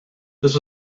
this